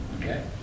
Okay